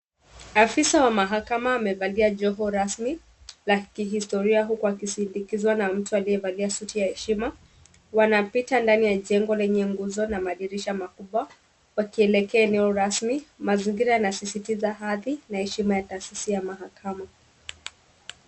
Afisa wa mahakama amevalia joho rasmi la kihistoria huku akisindikizwa na mtu aliyevalia suti ya heshima. Wanapita ndani ya jengo yenye nguzo na madirisha makubwa wakielekea eneo rasmi. Mazingira yanasisitiza hali na heshima ya taasisi ya mahakama.